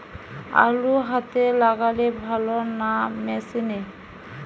আলু হাতে লাগালে ভালো না মেশিনে?